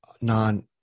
non